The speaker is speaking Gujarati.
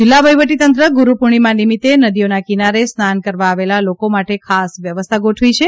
જિલ્લા વહીવટીતંત્ર ગુરૂપૂર્ણિમા નિમિત્તે નદીઓના કિનારે સ્નાન કરવા આવેલા લોકો માટે ખાસ વ્યવસ્થા ગોઠવી છે